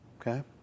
Okay